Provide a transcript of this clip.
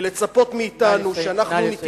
ולצפות מאתנו שאנחנו, נא לסיים.